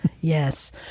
Yes